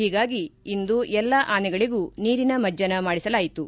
ಹೀಗಾಗಿ ಇಂದು ಎಲ್ಲಾ ಆನೆಗಳಿಗೂ ನೀರಿನ ಮಜ್ಜನ ಮಾಡಿಸಲಾಯಿತು